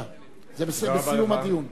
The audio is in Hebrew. זה יהיה בסיום הדיון.